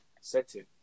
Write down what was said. setting